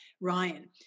Ryan